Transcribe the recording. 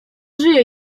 żyje